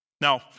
Now